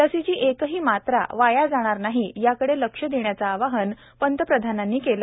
लसीची एकही मात्रा वाया जाणार नाही याकडे लक्ष देण्याचं आवाहन प्रधानमंत्र्यांनी केलं